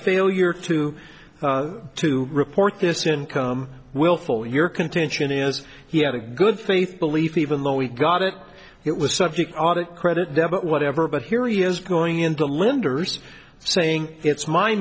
failure to to report this income willful your contention is he had a good faith belief even though he got it it was subject audit credit debit whatever but here he is going into linders saying it's my